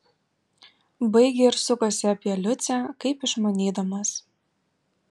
baigė ir sukosi apie liucę kaip išmanydamas